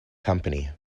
company